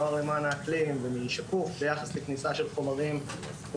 מ"נוער למען האקלים" ומ"שקוף" ביחס לכניסה של חומרים שהם